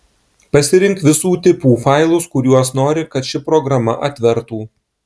pasirink visų tipų failus kuriuos nori kad ši programa atvertų